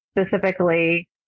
specifically